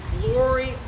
glory